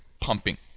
pumping